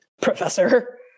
Professor